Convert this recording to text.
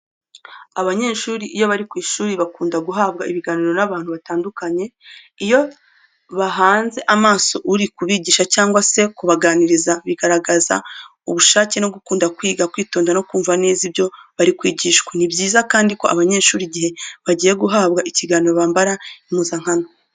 Abanyeshuri iyo bari ku ishuri bakunda guhabwa ibiganiro n'abantu batandukanye. Iyo bahanze amaso uri kubigisha cyangwa se kubaganiriza, bigaragaza ubushake bwo gukunda kwiga, kwitonda, no kumva neza ibyo bari kwigishwa. Ni byiza kandi ko abanyeshuri igihe bagiye guhabwa ikiganiro bambara impuzankano.